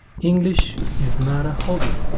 english is not a hobby